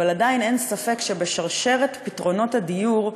אבל עדיין אין ספק שבשרשרת פתרונות הדיור,